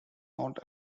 not